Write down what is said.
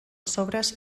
sobres